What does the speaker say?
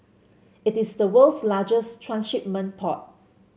it is the world's largest transshipment port